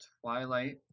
Twilight